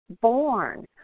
born